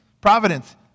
providence